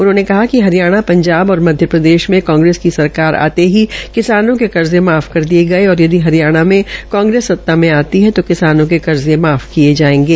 उन्होंने कहा कि हरियाणा पंजाब और मघ्यप्रदेश में कांगेस की सरकार आते ही किसानों के कर्जे माफ कर दिये गये और यदि हरियाणा में कांग्रेस सता में आती है किसानों के कर्जे माफ किये जायेंगे